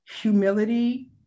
Humility